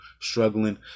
struggling